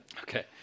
Okay